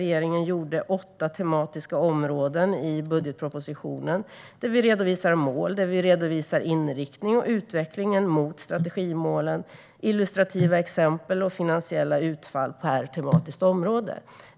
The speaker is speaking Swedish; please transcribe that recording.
Regeringen har gjort åtta tematiska områden i budgetpropositionen där vi redovisar mål, inriktning och utvecklingen mot strategimålen med illustrativa exempel och finansiella utfall per tematiskt område.